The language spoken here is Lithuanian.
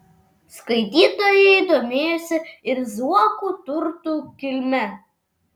skaitytojai domėjosi ir zuokų turtų kilme